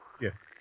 Yes